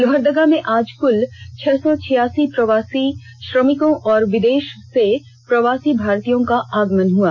लोहरदगा में आज कुल छह सौ छियासी प्रवासी श्रमिकों और विदेश से प्रवासी भारतीयों का आगमन हुआ